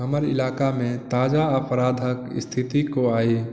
हमर इलाकामे ताजा अपराधक स्थिति को आइ